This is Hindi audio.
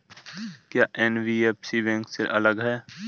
क्या एन.बी.एफ.सी बैंक से अलग है?